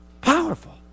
powerful